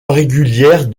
régulière